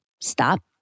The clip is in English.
stop